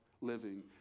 living